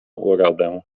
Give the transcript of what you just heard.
urodę